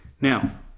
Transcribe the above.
Now